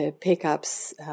pickups